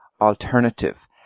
alternative